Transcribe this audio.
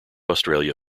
australia